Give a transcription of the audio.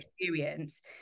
experience